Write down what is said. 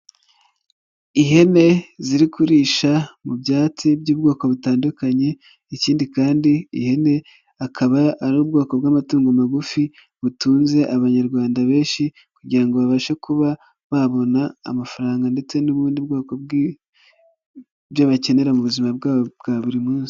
Ihene ziri kurisha mu byatsi by'ubwoko butandukanye, ikindi kandi, ihene akaba ari ubwoko bw'amatungo magufi butunze abanyarwanda benshi kugirango babashe kuba babona amafaranga ndetse n'ubundi bwoko bw'ibyo bakenera mu buzima bwabo bwa buri munsi.